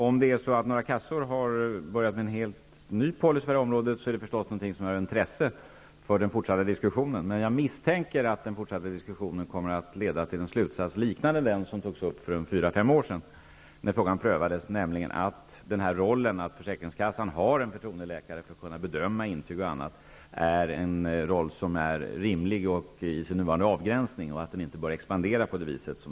Om några kassor har börjat med en helt ny policy på området är det naturligtvis av intresse för den fortsatta diskussionen. Men jag misstänker att slutsatsen kommer att likna den som man kom till för fyra eller fem år sedan, när frågan prövades, nämligen att systemet att försäkringskassan har en förtroendeläkare för att kunna bedöma intyg och annat är rimligt i sin nuvarande avgränsning och att detta system inte bör expandera på det vis som